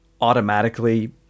automatically